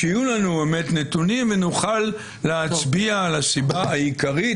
שיהיו לנו באמת נתונים ונוכל להצביע על הסיבה העיקרית,